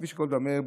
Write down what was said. כביש גולדה מאיר,